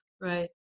Right